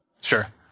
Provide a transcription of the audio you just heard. Sure